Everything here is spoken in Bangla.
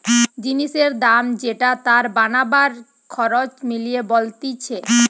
জিনিসের দাম যেটা তার বানাবার খরচ মিলিয়ে বলতিছে